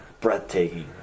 breathtaking